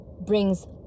brings